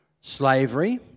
slavery